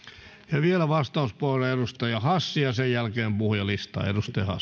ja vielä vastauspuheenvuoro edustaja hassi ja sen jälkeen puhujalistaan